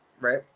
right